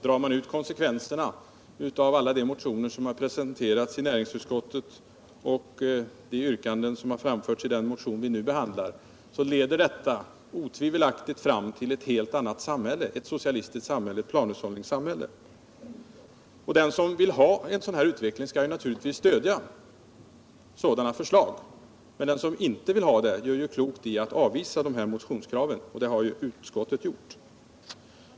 Drar man ut konsekvenserna av alla vpk-motioner som har presenterats i näringsutskottet och yrkandena i den motion vi nu behandlar, leder de otvivelaktigt fram till ett helt annat samhälle, ett socialistiskt samhälle eller ett planhushållningssamhälle. Den som vill ha en sådan utveckling skall naturligtvis stödja detta förslag, men den som inte vill ha det gör klokt i att avvisa motionskravet, och det har utskottet gjort.